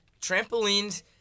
trampolines